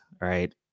right